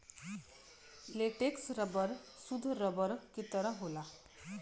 latex rubber सुद्ध rubber के तरह होला